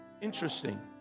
Interesting